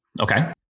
Okay